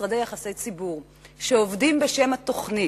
משרדי יחסי ציבור שעובדים בשם התוכנית,